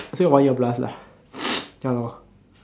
I still got one year plus lah ya lor